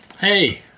Hey